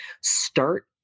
start